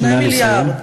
2 מיליארד,